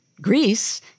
Greece